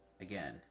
again